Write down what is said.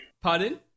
Pardon